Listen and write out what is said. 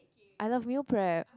I love meal prep